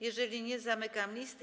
Jeżeli nie, to zamykam listę.